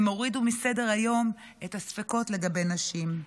הורידו מסדר-היום את הספקות לגבי נשים.